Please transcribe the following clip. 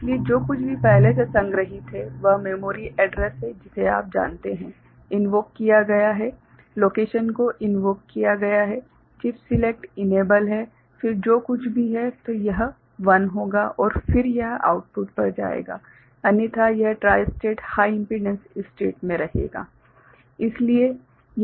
इसलिए जो कुछ भी पहले से संग्रहीत है वह मेमोरी एड्रेस है जिसे आप जानते हैं इनवोक किया गया है लोकेशन को इनवोक किया गया है चिप सिलेक्ट इनेबल है फिर जो कुछ भी है तो यह 1 होगा और फिर यह आउटपुट पर जाएगा अन्यथा यह tri state high impedance state मे रहेगा